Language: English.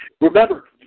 Remember